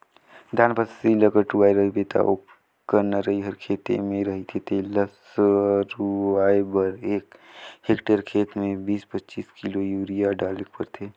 धान फसिल ल कटुवाए रहबे ता ओकर नरई हर खेते में रहथे तेला सरूवाए बर एक हेक्टेयर खेत में बीस पचीस किलो यूरिया डालेक परथे